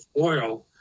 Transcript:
oil